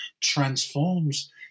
transforms